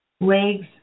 legs